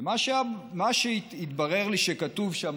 ומה שהתברר לי שכתוב שם,